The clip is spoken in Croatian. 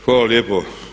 Hvala lijepo.